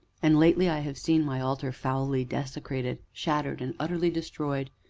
and lately i have seen my altar foully desecrated, shattered, and utterly destroyed,